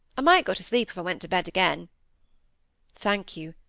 i might go to sleep if i went to bed again thank you,